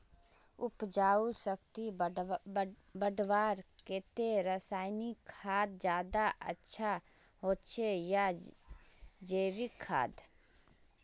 उपजाऊ शक्ति बढ़वार केते रासायनिक खाद ज्यादा अच्छा होचे या जैविक खाद?